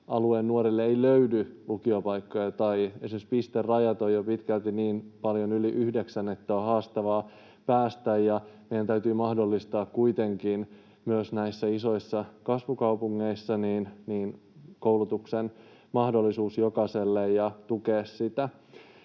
alueen nuorille ei löydy lukiopaikkoja tai esimerkiksi pisterajat ovat jo pitkälti niin paljon yli yhdeksän, että on haastavaa päästä. Meidän täytyy mahdollistaa kuitenkin myös näissä